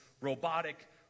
robotic